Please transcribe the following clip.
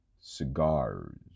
cigars